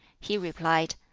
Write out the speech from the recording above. he replied,